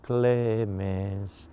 Clemens